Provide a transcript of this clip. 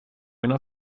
mina